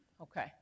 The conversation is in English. Okay